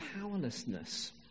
powerlessness